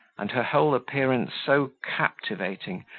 and her whole appearance so captivating,